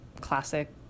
classic